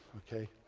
ok.